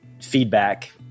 feedback